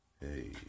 Hey